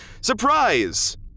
surprise